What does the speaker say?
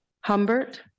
Humbert